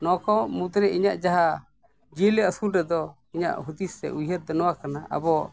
ᱱᱚᱣᱟᱠᱚ ᱢᱩᱫᱽᱨᱮ ᱤᱧᱟᱹᱜ ᱡᱟᱦᱟᱸ ᱡᱤᱭᱟᱹᱞᱤ ᱟᱹᱥᱩᱞ ᱨᱮᱫᱚ ᱤᱧᱟᱹᱜ ᱦᱩᱫᱤᱥ ᱥᱮ ᱩᱭᱦᱟᱹᱨ ᱫᱚ ᱱᱚᱣᱟ ᱠᱟᱱᱟ ᱟᱵᱚ